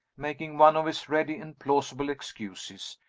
making one of his ready and plausible excuses,